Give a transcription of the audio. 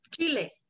Chile